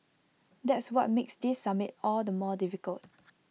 that's what makes this summit all the more difficult